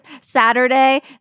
Saturday